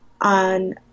on